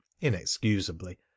inexcusably